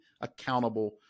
accountable